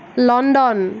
London